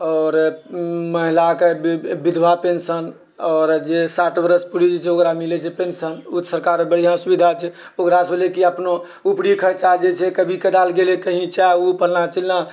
आओर महिलाके विधवा पेन्शन आओर जे साठि बरस पुरि जाइछै ओकरा मिलै छै पेन्शन ओ सरकारके बढ़िआँ सुविधा छै ओकरासनिके अपनो उपरि खर्चा जे छै कभी कदाल गेलै कही चाय ओ फलना चिलना